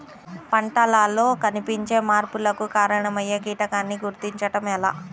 పంటలలో కనిపించే మార్పులకు కారణమయ్యే కీటకాన్ని గుర్తుంచటం ఎలా?